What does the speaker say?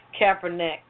Kaepernick